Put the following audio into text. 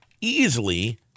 easily